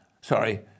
sorry